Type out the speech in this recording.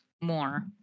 more